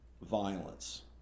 violence